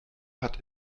hat